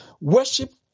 Worship